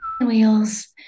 wheels